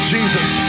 Jesus